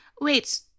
Wait